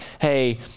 hey